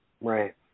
Right